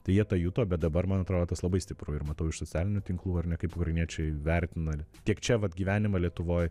tai jie tą juto bet dabar man atrodo tas labai stipru ir matau iš socialinių tinklų ar ne kaip ukrainiečiai vertina tiek čia vat gyvenimą lietuvoj